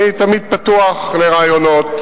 אני תמיד פתוח לרעיונות.